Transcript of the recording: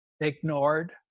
ignored